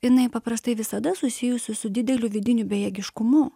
jinai paprastai visada susijusi su dideliu vidiniu bejėgiškumu